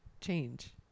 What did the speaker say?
change